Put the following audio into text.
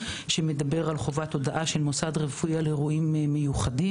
שמדבר על חובת הודעה של מרכז רפואי על אירועים מיוחדים.